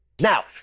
Now